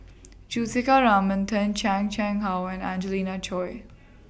Juthika Ramanathan Chan Chang How and Angelina Choy